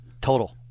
total